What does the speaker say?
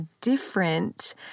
different